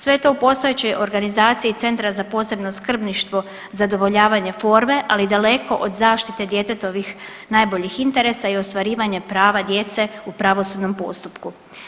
Sve je to u postojećoj organizaciji Centra za posebno skrbništvo zadovoljavanje forme, ali daleko od zaštite djetetovih najboljih interesa i ostvarivanje prava djece u pravosudnom postupku.